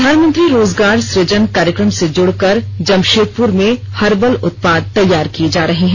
प्रधानमंत्री रोजगार सृजन कार्यक्रम से जुड़कर जमशेदपुर में हर्बल उत्पाद तैयार किए जा रहे हैं